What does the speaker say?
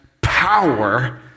power